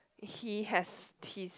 he has teeth